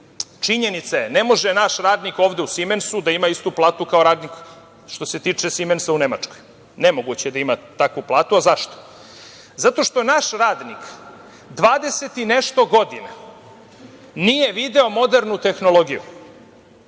Činjenica je da ne može naš radnik ovde u „Simensu“ da ima istu platu kao radnik, što se tiče „Simensa“, u Nemačkoj. Nemoguće je da ima takvu platu. Zašto? Zato što naš radnik 20 i nešto godina nije video modernu tehnologiju.